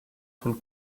von